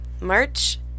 March